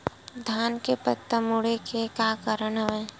धान के पत्ता मुड़े के का कारण हवय?